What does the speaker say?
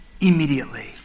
immediately